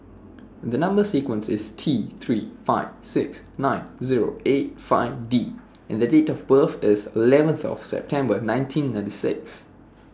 The Number sequence IS T three four six nine Zero eight five D and The Date of birth IS eleventh of September nineteen ninety six